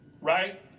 right